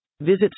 Visit